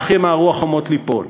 כך ימהרו החומות ליפול,